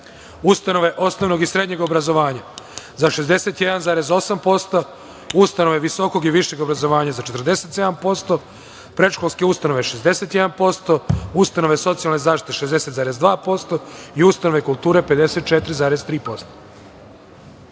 ustanove osnovnog i srednjeg obrazovanja za 61,8%, ustanove visokog i višeg obrazovanja za 47%, predškolske ustanove 61%, ustanove socijalne zaštite 60,2%, i ustanove kulture